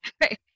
right